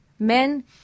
Men